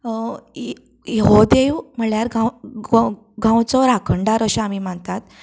हो देव म्हळ्यार गांवचो राखणदार अशे आमी मानतात